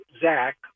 Zach